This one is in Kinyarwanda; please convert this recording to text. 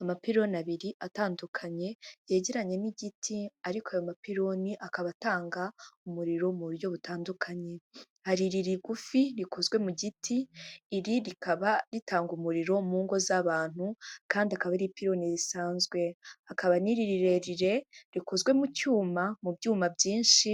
Amapironi abiri atandukanye yegeranye n'igiti, ariko ayo mapironi akaba atanga umuriro mu buryo butandukanye. Hari iri rigufi rikozwe mu giti, iri rikaba ritanga umuriro mu ngo z'abantu, kandi akaba ari pironi risanzwe. Hakaba n'iri rirerire rikozwe mu cyuma, mu byuma byinshi,